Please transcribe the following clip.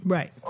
Right